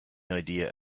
idea